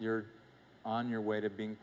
you're on your way to being